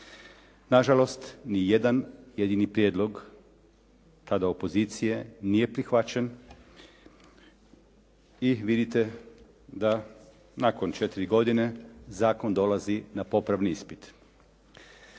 Nažalost ni jedan jedini prijedlog tada opozicije nije prihvaćen i vidite da nakon 4 godine zakon dolazi na popravni ispit.